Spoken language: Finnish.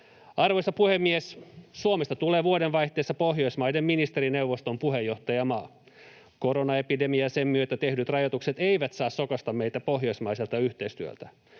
Arvoisa puhemies! Suomesta tuli vuodenvaihteessa Pohjoismaiden ministerineuvoston puheenjohtajamaa. Koronaepidemia ja sen myötä tehdyt rajoitukset eivät saa sokaista meitä pohjoismaiselta yhteistyöltä.